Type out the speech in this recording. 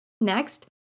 Next